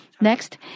Next